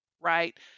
right